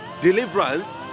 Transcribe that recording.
deliverance